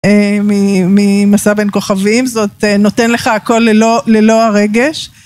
ממסע בין כוכבים, זאת נותן לך הכל ללא הרגש.